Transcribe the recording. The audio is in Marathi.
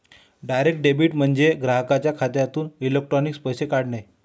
डायरेक्ट डेबिट म्हणजे ग्राहकाच्या खात्यातून इलेक्ट्रॉनिक पैसे काढणे